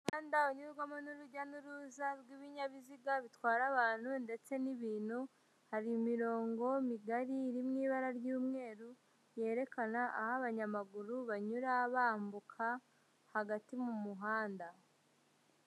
Umuhanda unyurwamo n'urujya n'uruza rw'ibinyabiziga bitwara abantu ndetse n'ibintu, hari imirongo migari iri mu ibara ry'umweru yerekana aho abanyamaguru banyura bambuka hagati mu muhanda.